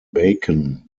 bacon